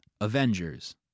Avengers